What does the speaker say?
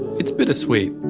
it's bittersweet.